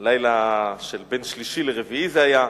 הלילה של בין שלישי לרביעי זה היה,